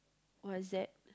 what is that